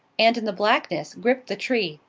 and in the blackness gripped the tree,